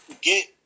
get